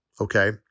okay